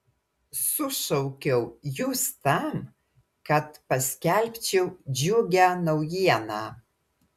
sušaukiau jus tam kad paskelbčiau džiugią naujieną